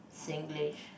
Singlish